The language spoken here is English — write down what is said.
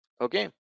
okay